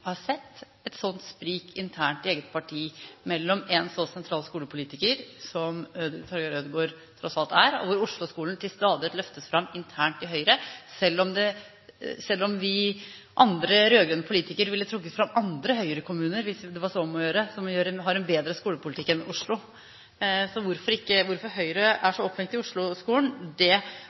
har sett et sånt sprik internt i eget parti mellom en så sentral skolepolitiker, som Torger Ødegaard tross alt er, og at Osloskolen stadig løftes fram internt i Høyre, selv om vi andre, rød-grønne politikere, ville trukket fram andre Høyre-kommuner, hvis det var så om å gjøre, som har en bedre skolepolitikk enn Oslo. Så når Høyre er så opphengt i Osloskolen, oppdager de nå i dag at det